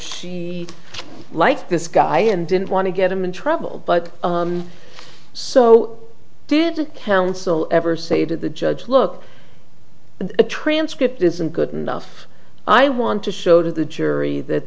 she liked this guy and didn't want to get him in trouble but so did counsel ever say to the judge look the transcript isn't good enough i want to show to the jury that